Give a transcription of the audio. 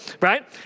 Right